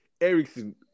Erickson